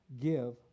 give